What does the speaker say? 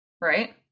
right